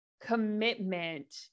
commitment